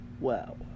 Wow